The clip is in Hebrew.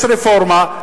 יש רפורמה,